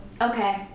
okay